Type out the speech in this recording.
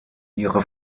ihre